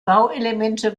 bauelemente